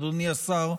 אדוני השר,